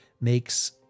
makes